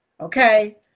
Okay